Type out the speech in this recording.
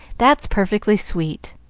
that's perfectly sweet!